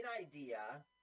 idea